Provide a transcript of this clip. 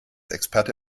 experte